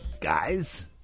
guys